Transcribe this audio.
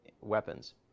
weapons